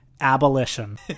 abolition